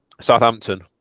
Southampton